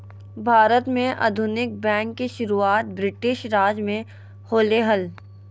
भारत में आधुनिक बैंक के शुरुआत ब्रिटिश राज में होलय हल